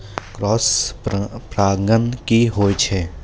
Cross परागण की होय छै?